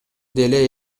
деле